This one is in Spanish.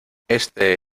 este